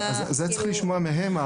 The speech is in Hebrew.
צריך לשמוע מהם לגבי זה.